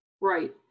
Right